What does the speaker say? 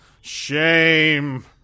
Shame